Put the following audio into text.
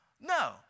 no